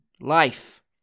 life